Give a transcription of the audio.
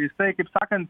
jisai kaip sakant